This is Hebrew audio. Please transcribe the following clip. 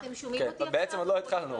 בעצם עוד לא התחלנו.